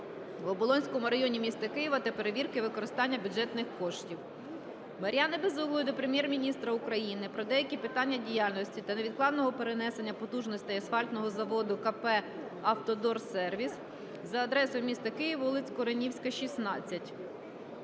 в Оболонському районі міста Києва та перевірки використання бюджетних коштів. Мар'яни Безуглої до Прем'єр-міністра України про деякі питання діяльності та невідкладного перенесення потужностей асфальтного заводу КП "Автодорсервіс" за адресою: місто Київ, вулиця Куренівська, 16.